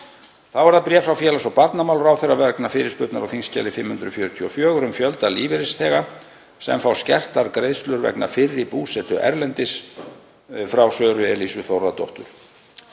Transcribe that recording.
Friðrikssyni. Frá félags- og barnamálaráðherra vegna fyrirspurnar á þskj. 544, um fjölda lífeyrisþega sem fá skertar greiðslur vegna fyrri búsetu erlendis, frá Söru Elísu Þórðardóttur.